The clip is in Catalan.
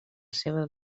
seva